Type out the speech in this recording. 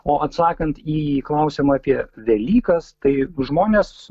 o atsakant į klausimą apie velykas tai žmonės